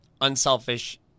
unselfish